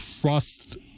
trust